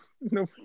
No